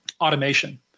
automation